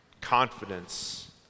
confidence